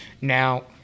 Now